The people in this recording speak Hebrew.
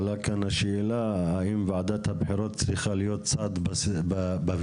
רק השאלה האם וועדת הבחירות צריכה להיות צד בוויכוח?